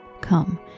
Come